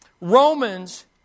Romans